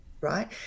right